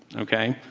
ok.